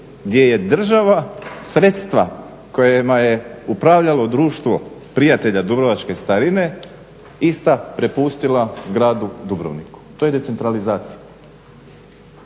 gdje je država sredstva kojima je upravljalo Društvo prijatelja dubrovačke starine ista prepustila gradu Dubrovniku. To je decentralizacija,